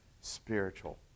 spiritual